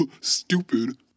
Stupid